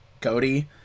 Cody